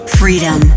freedom